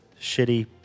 shitty